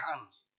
hands